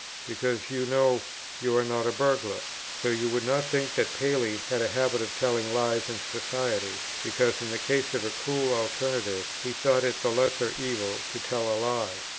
because you know you are not a burglar so you would not think that paley had a habit of telling lies in society, because in the case of a cruel alternative he thought it the lesser evil to tell a lie.